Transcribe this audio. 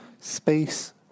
space